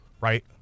right